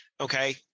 Okay